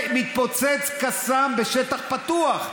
הרי אנחנו יודעים שהשקיפות והאמת זה חלק מהניצחון שלנו.